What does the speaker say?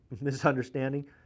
misunderstanding